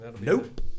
nope